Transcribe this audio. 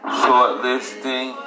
shortlisting